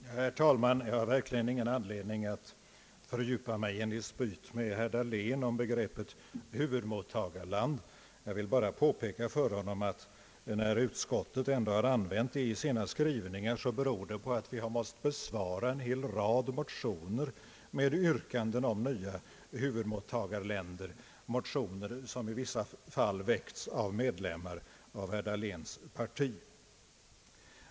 Herr talman! Jag har verkligen ingen anledning att fördjupa mig i en dispyt med herr Dahlén om begreppet huvudmottagarland. Jag vill bara påpeka för honom att när utskottet har använt detta begrepp i sina skrivningar beror det på att vi har måst besvara en rad motioner med yrkanden om nya huvudmottagarländer, motioner som i vissa fall har väckts av medlemmar av herr Dahléns parti.